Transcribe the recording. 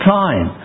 time